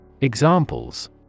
Examples